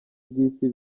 bw’isi